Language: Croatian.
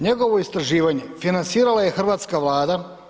Njegovo istraživanje financirala je hrvatska Vlada.